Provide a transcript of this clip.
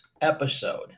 episode